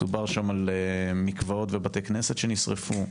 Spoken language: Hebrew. דובר שם על מקוואות ובתי כנסת שנשרפו,